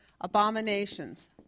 abominations